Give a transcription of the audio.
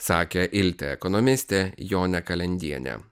sakė ilte ekonomistė jonė kalendienė